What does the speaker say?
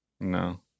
No